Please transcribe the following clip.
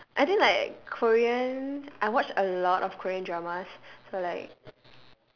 I think like korean I watch a lot of korean dramas so like